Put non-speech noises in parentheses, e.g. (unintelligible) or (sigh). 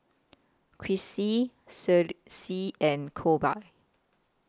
Crissy (unintelligible) C and Kolby